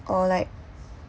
or like